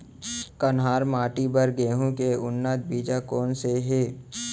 कन्हार माटी बर गेहूँ के उन्नत बीजा कोन से हे?